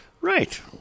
Right